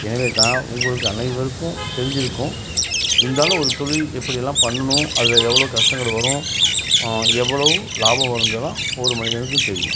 எனவே தான் உங்களுக்கு அனைவருக்கும் தெரிஞ்சிருக்கும் இருந்தாலும் ஒரு தொழில் எப்படிலாம் பண்ணணும் அதில் எவ்வளோ கஷ்டங்கள் வரும் எவ்வளவு லாபம் வருங்கிறதுலாம் ஒவ்வொரு மனிதனுக்கு தெரியும்